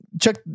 check